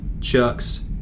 Chuck's